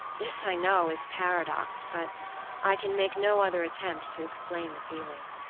this i know is paradox, but i can make no other attempt to explain the feeling.